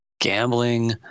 gambling